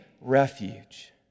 refuge